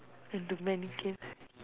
and too many scared